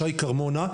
שי כרמונה.